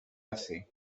hace